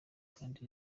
kandi